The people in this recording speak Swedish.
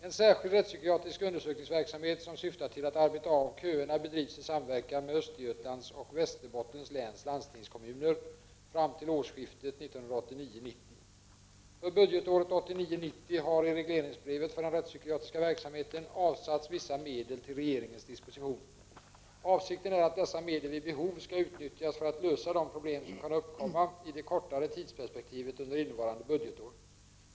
En särskild rättspsykiatrisk undersökningsverksamhet som syftar till att arbeta av köerna bedrivs i samverkan med Östergötlands och Västerbottens läns landstingskommuner fram till årsskiftet 1989 90 har i regleringsbrevet för den rättspsykiatriska verksamheten avsatts vissa medel till regeringens disposition. Avsikten är att dessa medel vid behov skall utnyttjas för att lösa de problem som kan uppkomma i det kortare tidsperspektivet under innevarande budgetår.